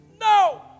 No